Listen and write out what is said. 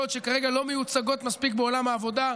שכרגע לא מיוצגות מספיק בעולם העבודה,